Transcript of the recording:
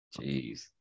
Jeez